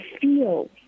feel